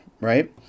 right